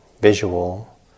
visual